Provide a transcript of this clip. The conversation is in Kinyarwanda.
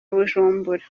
bujumbura